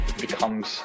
becomes